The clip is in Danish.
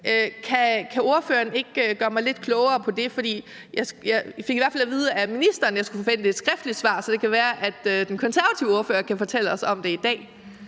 Kan ordføreren ikke gøre mig lidt klogere på det? For jeg fik i hvert fald at vide af ministeren, at jeg skulle forvente et skriftligt svar, så det kan være, at den konservative ordfører kan fortælle os om det i dag.